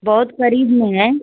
बहुत करीब में है